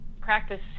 practice